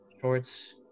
shorts